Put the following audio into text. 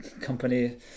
company